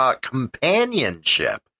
companionship